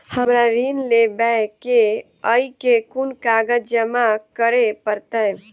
हमरा ऋण लेबै केँ अई केँ कुन कागज जमा करे पड़तै?